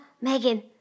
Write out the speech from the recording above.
Megan